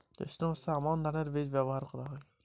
জৈষ্ঠ্য মাসে কোন ধানের বীজ ব্যবহার করা যায়?